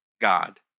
God